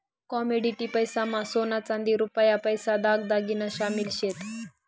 commodity पैसा मा सोना चांदी रुपया पैसा दाग दागिना शामिल शेत